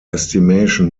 estimation